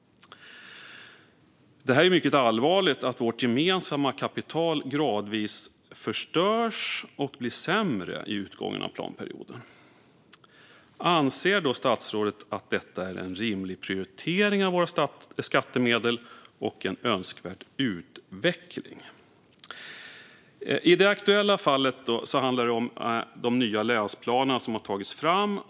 Det är mycket allvarligt att vårt gemensamma kapital gradvis förstörs och blir sämre vid utgången av planperioden. Anser statsrådet att detta är en rimlig prioritering av våra skattemedel och en önskvärd utveckling? I det aktuella fallet handlar det om de nya länsplaner som har tagits fram.